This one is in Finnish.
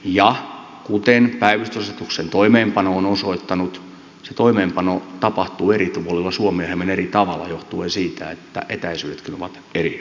ja kuten päivystysasetuksen toimeenpano on osoittanut se toimeenpano tapahtuu eri puolilla suomea hieman eri tavalla johtuen siitä että etäisyydetkin ovat erilaisia